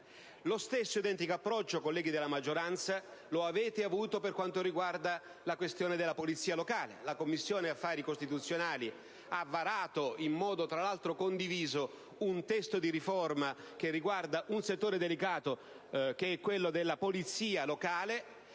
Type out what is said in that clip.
Lo stesso identico approccio, colleghi della maggioranza, lo avete avuto per quanto riguarda la questione della polizia locale. La Commissione affari costituzionali ha varato, tra l'altro in modo condiviso, un testo di riforma che riguarda un settore delicato quale quello della polizia locale.